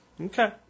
Okay